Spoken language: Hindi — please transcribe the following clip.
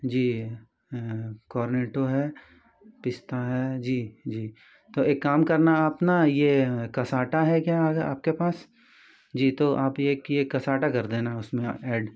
जी कोर्नेटो है पिसता है जी जी तो एक काम करना आप ना ये कसाटा है क्या आज आपके पास जी तो आप ये एक कसाटा कर देना उस में ऐड